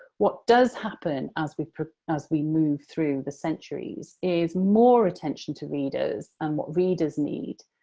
what does happen as we as we move through the centuries is more attention to readers and what readers need,